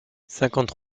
cinquante